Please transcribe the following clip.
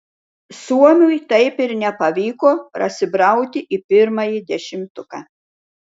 suomiui taip ir nepavyko prasibrauti į pirmąjį dešimtuką